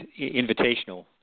Invitational